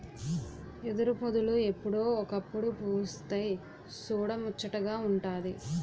ఎదురుపొదలు ఎప్పుడో ఒకప్పుడు పుస్తె సూడముచ్చటగా వుంటాది